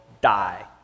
die